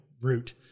route